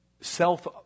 Self